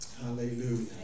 Hallelujah